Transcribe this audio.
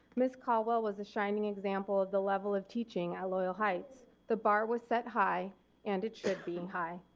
miss caldwell was a shining example of the level of teaching at loyal heights. the bar was set high and it should be and high.